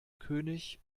könig